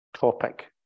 topic